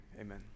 amen